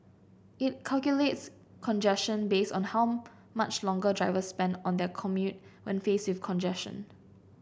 it calculates congestion based on how much longer drivers spend on their commute when face with congestion